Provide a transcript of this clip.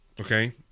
Okay